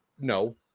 no